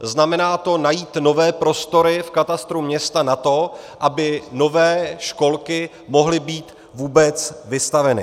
Znamená to najít nové prostory v katastru města na to, aby nové školky mohly být vůbec vystaveny.